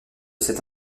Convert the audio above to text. cet